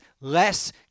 less